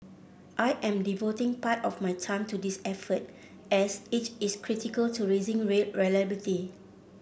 I am devoting part of my time to this effort as it is critical to raising rail reliability